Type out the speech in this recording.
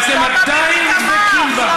למה ביבי תמך?